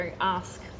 ask